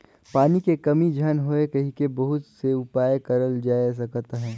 पानी के कमी झन होए कहिके बहुत से उपाय करल जाए सकत अहे